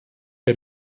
der